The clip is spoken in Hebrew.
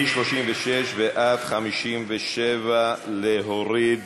מ-36 ועד 57, להוריד.